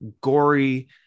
gory